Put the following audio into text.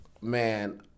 man